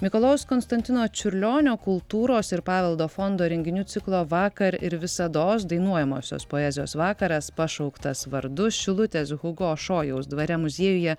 mikalojaus konstantino čiurlionio kultūros ir paveldo fondo renginių ciklo vakar ir visados dainuojamosios poezijos vakaras pašauktas vardu šilutės hugo šojaus dvare muziejuje